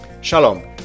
Shalom